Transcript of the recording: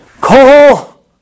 call